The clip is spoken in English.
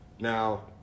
Now